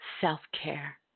self-care